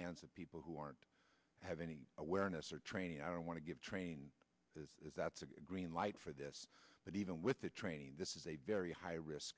hands of people who aren't have any awareness or training i don't want to give train that's a green light for this but even with the training this is a very high risk